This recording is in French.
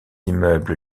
immeubles